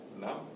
No